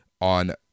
on